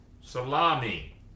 salami